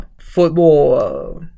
Football